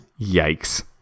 Yikes